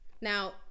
Now